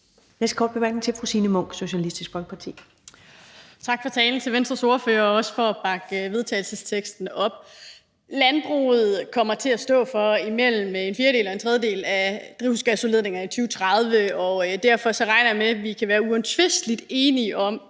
næste korte bemærkning er til fru Signe Munk, Socialistisk Folkeparti. Kl. 14:15 Signe Munk (SF): Tak til Venstres ordfører for talen og også for at bakke vedtagelsesteksten op. Landbruget kommer til at stå for mellem en fjerdedel og en tredjedel af drivhusgasudledningerne i 2030, og derfor regner jeg med, at vi kan være uomtvisteligt enige om,